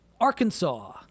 arkansas